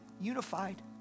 unified